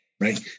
right